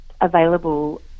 available